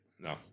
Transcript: No